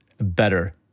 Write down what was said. better